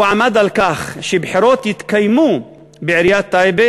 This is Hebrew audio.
הוא עמד על כך שבחירות יתקיימו בעיריית טייבה